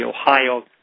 Ohio